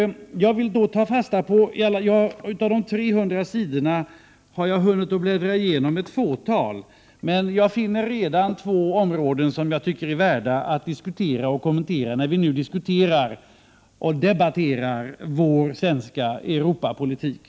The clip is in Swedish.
Av de 300 sidorna har jag hunnit att bläddra igenom ett fåtal, men jag finner redan två områden som jag anser värda att diskutera och kommentera, när vi nu debatterar vår svenska Europapolitik.